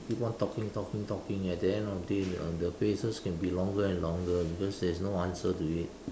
keep on talking talking talking at the end of the day the the phrases can be longer and longer because there is no answer to it